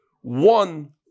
one